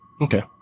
Okay